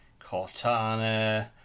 Cortana